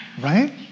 Right